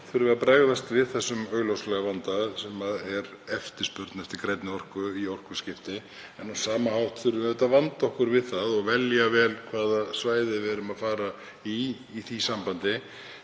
þurfi að bregðast við þeim augljósa vanda sem er eftirspurn eftir grænni orku í orkuskipti. En á sama hátt þurfum við auðvitað að vanda okkur við það og velja vel hvaða svæði við ætlum að nota í því sambandi.